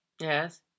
Yes